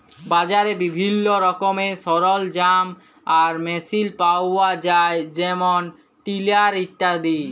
বাজারে বিভিল্ল্য রকমের সরলজাম আর মেসিল পাউয়া যায় যেমল টিলার ইত্যাদি